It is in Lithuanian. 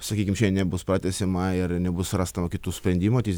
sakykim šiandien nebus pratęsiama ir nebus rasta kitų sprendimų ateis